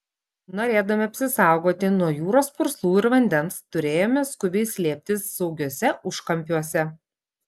norėdami apsisaugoti nuo jūros purslų ir vandens turėjome skubiai slėptis saugiuose užkampiuose